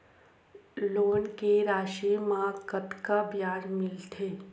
Loan के राशि मा कतका ब्याज मिलथे?